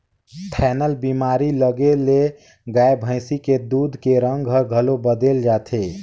थनैल बेमारी लगे ले गाय भइसी के दूद के रंग हर घलो बदेल जाथे